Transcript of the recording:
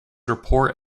report